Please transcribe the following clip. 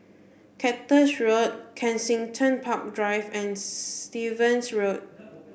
Cactus Road Kensington Park Drive and Stevens Road